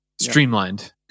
streamlined